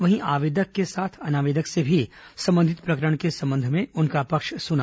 वहीं आवेदक के साथ अनावेदक से भी सम्बंधित प्रकरण के संबंध में उनका पक्ष सुना